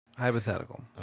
Hypothetical